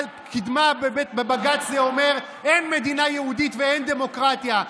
קדמה בבג"ץ זה אומר שאין מדינה יהודית ואין דמוקרטיה.